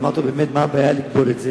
אמרתי לו: באמת, מה הבעיה לגבול את זה?